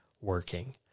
working